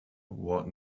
what